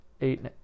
eight